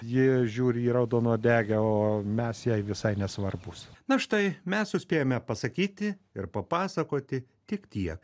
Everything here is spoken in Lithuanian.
ji žiūri į raudonuodegę o mes jai visai nesvarbūs na štai mes suspėjome pasakyti ir papasakoti tik tiek